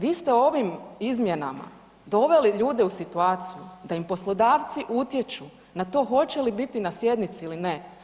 Vi ste ovim izmjenama doveli ljude u situaciju da im poslodavci utječu na to hoće li biti na sjednici ili ne.